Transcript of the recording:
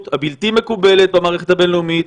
הבלתי מקובלת במערכת הבין-לאומית,